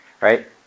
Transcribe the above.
right